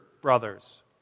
brothers